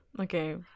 Okay